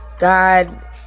god